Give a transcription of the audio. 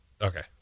okay